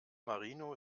marino